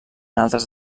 altres